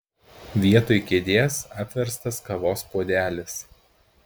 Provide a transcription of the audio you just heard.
vietoj kėdės apverstas kavos puodelis